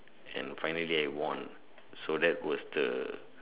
and finally I won so that was the